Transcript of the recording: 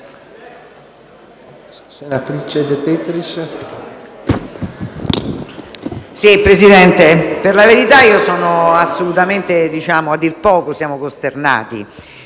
senatrice De Petris)*.